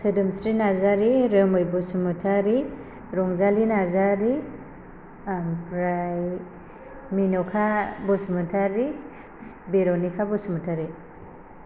सोदोमस्रि नारजारी रोमै बसुमतारी रंजालि नारजारी आमफ्राय मिन'खा बसुमतारी बेर'निखा बसुमतारी